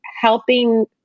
helping